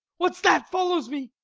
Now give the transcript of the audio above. what s that follows me?